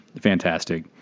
fantastic